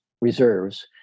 reserves